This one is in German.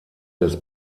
des